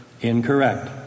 incorrect